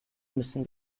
müssen